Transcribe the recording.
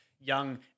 young